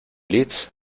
leeds